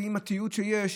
עם התיעוד שיש,